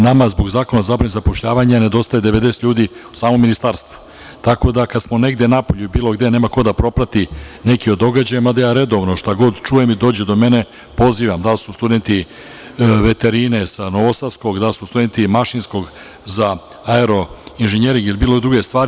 Nama zbog Zakona o zabrani zapošljavanja nedostaje 90 ljudi u samom Ministarstvu, tako da kada smo negde napolju ili bilo gde, nema ko da proprati neki od događaja, mada ja redovno, šta god da čujem ili dođe do mene, pozivam, pa sad da li su studenti veterine sa Novosadskog, da li su studenti Mašinskog za aero-inženjering ili bilo koje druge stvari.